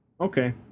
Okay